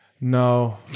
No